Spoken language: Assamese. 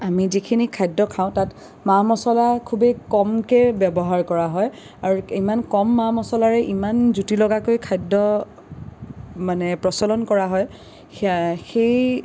আমি যিখিনি খাদ্য খাওঁ তাত মা মছলা খুবেই কমকে ব্যৱহাৰ কৰা হয় আৰু ইমান কম মা মছলাৰে ইমান জুতি লগাকৈ খাদ্য মানে প্ৰচলন কৰা হয় সেয়া সেই